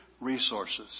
resources